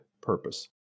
purpose